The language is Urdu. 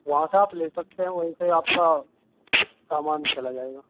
وہاں سے آپ لے سکتے ہیں وہیں سے آپ کا سامان چلا جائے گا